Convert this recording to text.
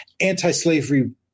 anti-slavery